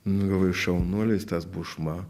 nu galvoju šaunuolis tas bušma